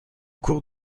cours